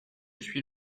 suis